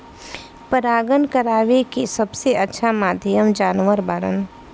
परागण करावेके सबसे अच्छा माध्यम जानवर बाड़न